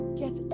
get